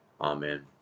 Amen